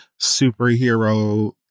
superhero